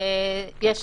" יש